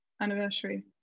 anniversary